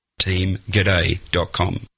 TeamGaday.com